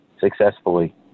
successfully